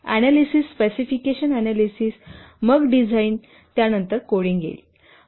analysis specification analysis मग design येईल त्यानंतर कोडिंग येईल